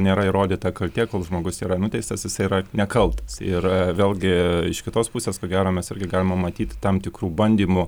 nėra įrodyta kaltė kol žmogus yra nuteistas jis yra nekaltas ir vėlgi iš kitos pusės ko gero mes irgi galim matyt tam tikrų bandymų